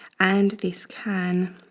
and this can